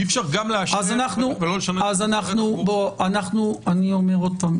אני אומר שוב,